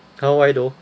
ha why though